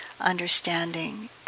understanding